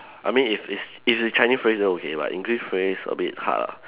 I mean if it's it's a Chinese phrase then okay but English phrase a bit hard lah